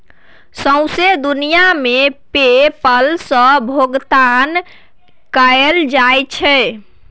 सौंसे दुनियाँ मे पे पल सँ भोगतान कएल जाइ छै